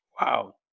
Wow